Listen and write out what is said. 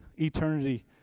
eternity